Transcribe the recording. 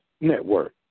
Network